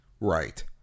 Right